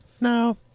No